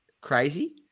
crazy